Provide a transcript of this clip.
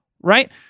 Right